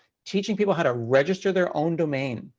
teaching people how to register their own domain,